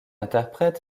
interprète